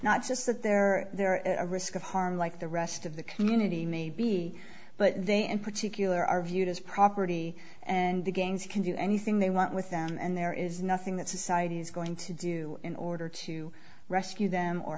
not just that there there is a risk of harm like the rest of the community maybe but they in particular are viewed as property and the gangs can do anything they want with them and there is nothing that society is going to do in order to rescue them or